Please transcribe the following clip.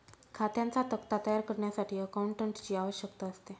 खात्यांचा तक्ता तयार करण्यासाठी अकाउंटंटची आवश्यकता असते